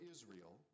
Israel